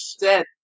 dead